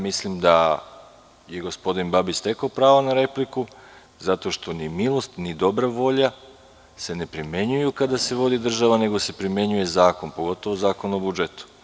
Mislim da je gospodin Babić stekao pravo na repliku zato što ni milost ni dobra volja se ne primenjuju kada se vodi država, nego se primenjuje zakon, pogotovu Zakon o budžetu.